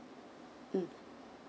mm